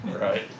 right